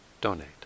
donate